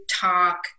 talk